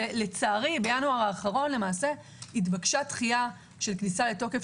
לצערי בינואר האחרון נתבקשה דחייה של כניסה לתוקף